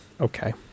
Okay